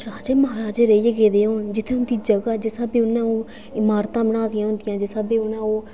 राजे महाराजे रेहियै गेदे होन जित्थै उंदी जगहा जिस स्हाबें उनें ओह् इमारतां बनाई दियां होन जिस स्हाबें उंनें ओह्